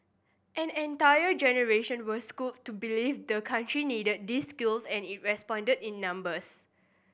an entire generation was schooled to believe the country needed these skills and it responded in numbers